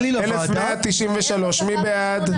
1,194 מי בעד?